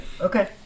Okay